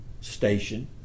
station